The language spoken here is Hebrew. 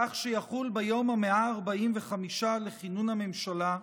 כך שיחול ביום ה-145 לכינון הממשלה,